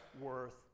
worth